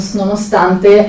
nonostante